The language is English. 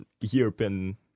European